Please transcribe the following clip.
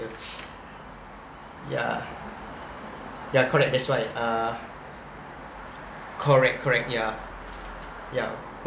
ya ya correct that's why uh correct correct ya ya